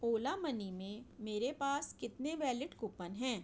اولا money میں میرے پاس کتنے ویلڈ کوپن ہیں